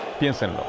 Piénsenlo